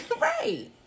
Right